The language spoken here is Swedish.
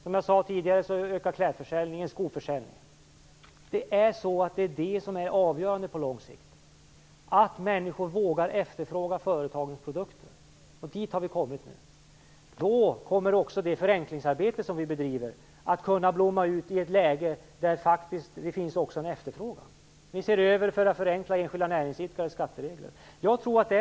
Som jag sade tidigare ökar kläd och skoförsäljningen. Det är det som på lång sikt är avgörande, dvs. att människor vågar efterfråga företagens produkter. Dit har vi kommit nu. Då kommer också det förenklingsarbete vi bedriver att kunna blomma ut i ett läge där det finns en efterfrågan. Vi ser över för att kunna förenkla skatteregler för enskilda näringsidkare.